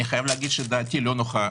ואני חייב להגיד שדעתי לא נוחה.